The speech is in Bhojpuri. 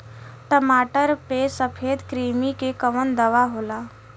टमाटर पे सफेद क्रीमी के कवन दवा होला?